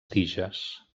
tiges